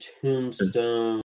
Tombstone